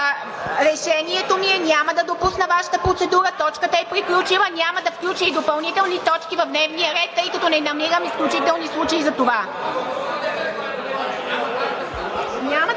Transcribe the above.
Решението ми е – няма да допусна Вашата процедура! Точката е приключила! Няма да включа и допълнителни точки в дневния ред, тъй като не намирам изключителни случаи за това!